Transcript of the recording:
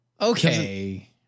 Okay